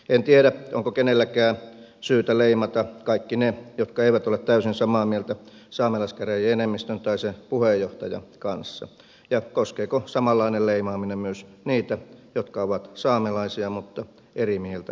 en tiedä onko kenelläkään syytä leimata kaikki ne jotka eivät ole täysin samaa mieltä saamelaiskäräjien enemmistön tai sen puheenjohtajan kanssa ja koskeeko samanlainen leimaaminen myös niitä jotka ovat saamelaisia mutta eri mieltä asiasta